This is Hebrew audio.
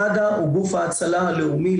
מד"א הוא גוף ההצלה הלאומי,